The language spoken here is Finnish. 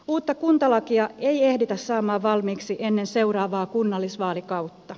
uutta kuntalakia ei ehditä saamaan valmiiksi ennen seuraavaa kunnallisvaalikautta